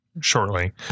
shortly